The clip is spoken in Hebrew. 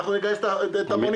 אנחנו נגייס את המוניטור,